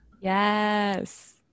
Yes